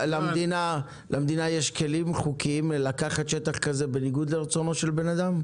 למדינה יש כלים חוקיים לקחת שטח כזה בניגוד לרצונו של אדם?